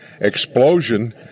explosion